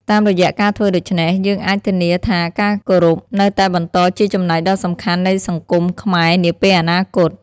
តាមរយៈការធ្វើដូច្នេះ យើងអាចធានាថាការគោរពនេះនៅតែបន្តជាចំណែកដ៏សំខាន់នៃសង្គមខ្មែរនាពេលអនាគត។